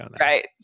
Right